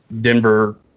Denver